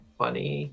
funny